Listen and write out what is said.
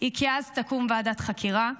היא שאז תקום ועדת חקירה,